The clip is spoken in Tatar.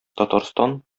татарстан